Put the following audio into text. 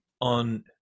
on